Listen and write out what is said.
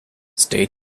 stay